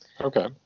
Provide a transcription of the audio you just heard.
Okay